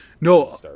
No